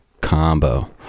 combo